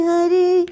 Hari